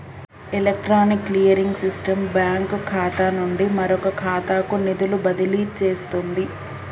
electronic clearing system bank ఖాతా నుండి మరొక ఖాతాకు నిధులు బదిలీ చేస్తుంది